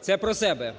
Це про себе.